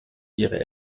ihre